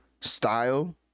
style